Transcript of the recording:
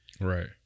Right